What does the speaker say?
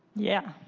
yeah.